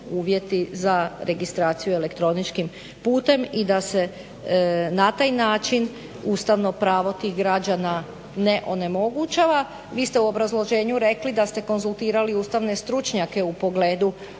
uvjeti za registraciju elektroničkim putem i da se na taj način ustavno pravo tih građana ne onemogućava. Vi ste u obrazloženju rekli da ste konzultirali ustavne stručnjake u pogledu